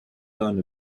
learn